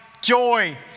joy